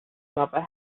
mother